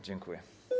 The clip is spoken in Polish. Dziękuję.